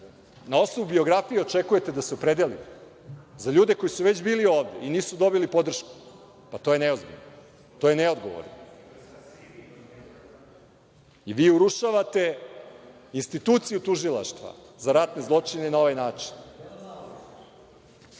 osnovu biografije očekujete da se opredelimo za ljude koji su već bili ovde i nisu dobili podršku, pa to je neozbiljno, to je neodgovorno. Vi urušavate instituciju Tužilaštva za ratne zločine na ovaj